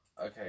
Okay